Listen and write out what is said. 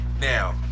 Now